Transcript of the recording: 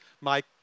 Mike